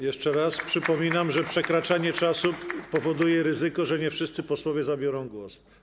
Jeszcze raz przypominam, że przekraczanie czasu powoduje ryzyko, że nie wszyscy posłowie zabiorą głos.